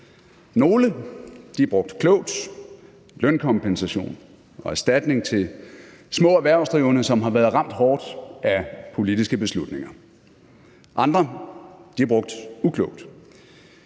Nogle er brugt klogt: lønkompensation og erstatning til små erhvervsdrivende, som har været ramt hårdt af politiske beslutninger. Andre er brugt uklogt.